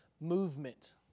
movement